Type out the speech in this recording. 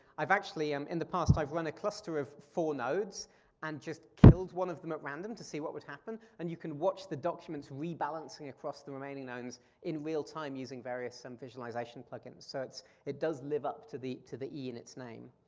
i've actually, um in the past, i've run a cluster of four nodes and just killed one of them at random to see what would happen. and you can watch the documents rebalancing across the remaining nodes in real time using various visualization plugins. so it does live up to the to the e in its name.